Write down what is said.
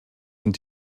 sind